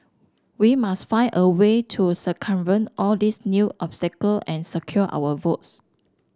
we must find a way to circumvent all these new obstacle and secure our votes